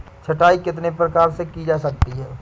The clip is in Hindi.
छँटाई कितने प्रकार से की जा सकती है?